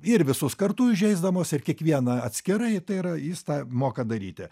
ir visus kartu įžeisdamas ir kiekvieną atskirai tai yra jis tą moka daryti